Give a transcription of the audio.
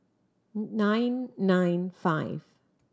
nine nine five